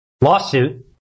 lawsuit